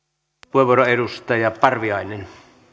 kiitos edustaja